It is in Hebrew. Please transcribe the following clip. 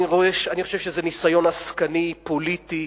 אני חושב שזה ניסיון עסקני, פוליטי,